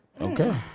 Okay